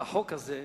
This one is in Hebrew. בחוק הזה,